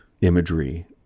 imagery